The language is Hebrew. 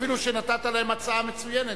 אפילו שנתת להם הצעה מצוינת,